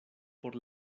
por